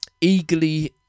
eagerly